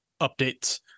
updates